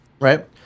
Right